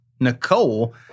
Nicole